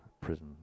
prison